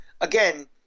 again